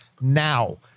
now